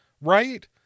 right